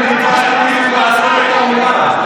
אני ביקשתי ממך לעזוב את האולם.